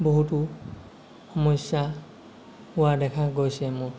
বহুতো সমস্যা হোৱা দেখা গৈছে মোৰ